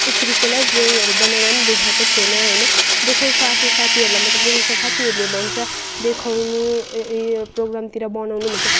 यसरी कसलाई ड्रइङहरू बनाएर पनि देखाएको छैन होइन देखाउँछ आफ्नो साथीहरूलाई मात्रै देखाउँछ साथीहरूले भन्छ देखाउनु यो प्रोग्रामतिर बनाउनु भन्छ